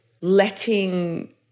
letting